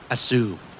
Assume